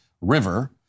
River